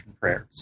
prayers